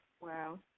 Wow